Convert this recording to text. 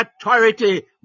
authority